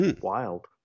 wild